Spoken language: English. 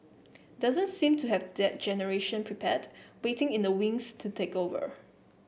doesn't seem to have that generation prepared waiting in the wings to take over